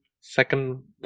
second